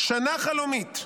שנה חלומית.